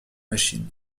machines